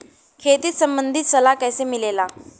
खेती संबंधित सलाह कैसे मिलेला?